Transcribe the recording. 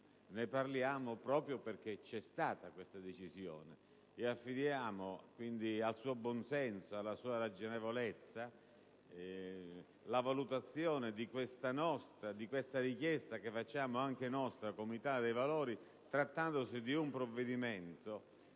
ne parliamo proprio perché vi è stata questa decisione. Affidiamo, quindi, al suo buonsenso e alla sua ragionevolezza la valutazione di questa richiesta, che avanziamo anche noi come Italia dei Valori, trattandosi di un provvedimento